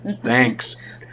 Thanks